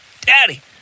daddy